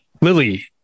Lily